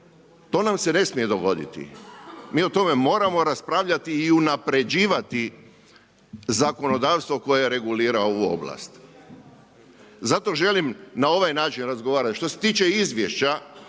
To nam se ne smije dogoditi. Mi o tome moramo raspravljati i unapređivati zakonodavstvo koje regulira ovu oblast. Zato želim na ovaj način razgovarati. Što se tiče izvješća,